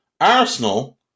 Arsenal